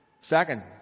Second